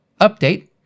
Update